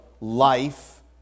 life